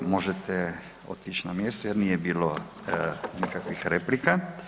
Možete otići na mjesto jer nije bilo nikakvih replika.